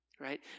right